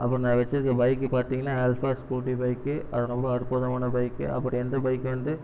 அப்புறம் நான் வச்சிருக்க பைக்கு பாத்திங்கனா ஆல்ஃபா ஸ்கூட்டி பைக்கு அது ரொம்ப அற்புதமான பைக்கு அப்புறோம் எந்த பைக் வந்து